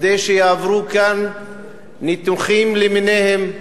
כדי שיעברו כאן ניתוחים למיניהם,